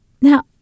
Now